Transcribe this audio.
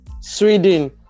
Sweden